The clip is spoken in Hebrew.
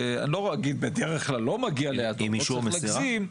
לא אגיד שבדרך כלל לא מגיע ליעדו כי לא צריך להגזים.